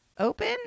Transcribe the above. open